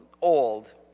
old